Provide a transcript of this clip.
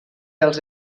als